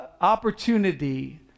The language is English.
opportunity